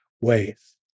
ways